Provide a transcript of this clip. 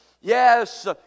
yes